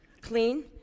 Clean